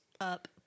Up